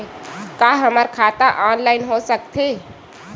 का हमर खाता ऑनलाइन हो सकथे?